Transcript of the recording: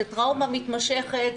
זו טראומה מתמשכת,